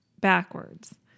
backwards